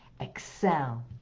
excel